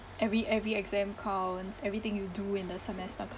every every exam counts everything you do in the semester